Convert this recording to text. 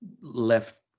left